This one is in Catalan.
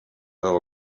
del